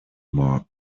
more